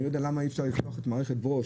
אני לא יודע למה אי אפשר לחנוך את מערכת ברוש